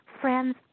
Friends